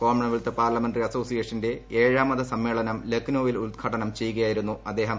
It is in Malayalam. കോമൺവെൽത്ത് പാർലമെന്ററി അസോസിയേഷന്റെ ഏഴാമത് സമ്മേളനം ലക്നൌവിൽ ഉദ്ഘാടനം ചെയ്യുകയായിരുന്നു അദ്ദേഹം